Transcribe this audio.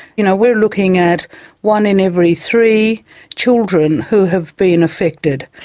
you know we're looking at one in every three children who have been affected.